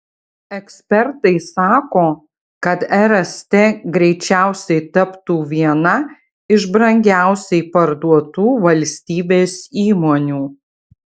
ekspertai sako kad rst greičiausiai taptų viena iš brangiausiai parduotų valstybės įmonių